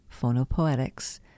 Phonopoetics